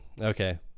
Okay